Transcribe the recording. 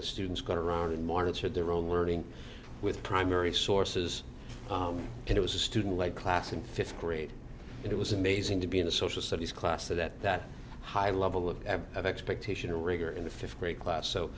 the students going to round monitored their own learning with primary sources and it was a student led class in fifth grade and it was amazing to be in a social studies class so that that high level of of expectation of rigor in the fifth grade class so